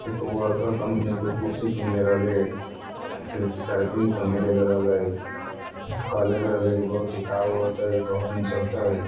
एक वर्कर कम्पनीके कुर्सी किनले रहली जे साढ़े तीन सओमे देले रहलै कहले तऽ रहै कि बहुत टिकाउ होतै बहुत दिन चलतै